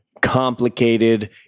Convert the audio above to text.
complicated